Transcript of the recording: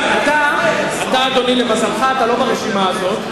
אתה, אדוני, למזלך, לא ברשימה הזאת.